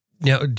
Now